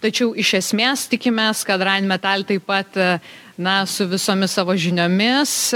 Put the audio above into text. tačiau iš esmės tikimės kad rain metal taip pat na su visomis savo žiniomis